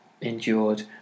Endured